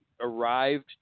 arrived